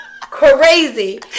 crazy